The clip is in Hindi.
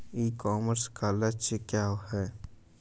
ई कॉमर्स का लक्ष्य क्या है?